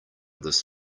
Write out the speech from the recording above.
this